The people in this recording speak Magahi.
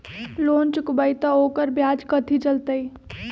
लोन चुकबई त ओकर ब्याज कथि चलतई?